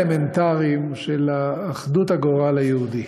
האלמנטריים יותר של אחדות הגורל היהודי.